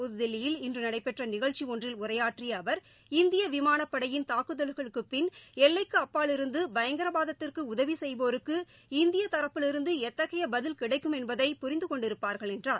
புத்தில்லியில் இன்று நடைபெற்ற நிகழ்ச்சி ஒன்றில் உரையாற்றிய அவர் இந்திய விமானப்படை யின் தாக்குதல்களுக்குபின் எல்லைக்கு அப்பாலிருந்து பயங்கரவாதத்திற்கு உதவி செய்வோருக்கு இந்திய தரப்பிலிருந்து எத்தகைய பதில் கிடைக்கும் என்பதை புரிந்து கொண்டிருப்பார்கள் என்றார்